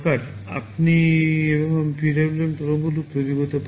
এভাবেই আপনি PWM তরঙ্গরূপ তৈরি করতে পারেন